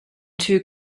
two